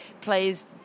players